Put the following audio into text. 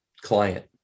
client